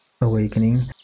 awakening